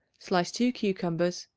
slice two cucumbers,